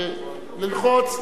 צודק.